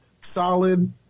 solid